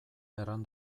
erran